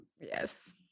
Yes